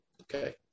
okay